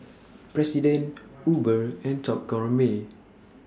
President Uber and Top Gourmet